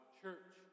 church